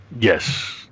Yes